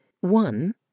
One